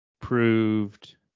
proved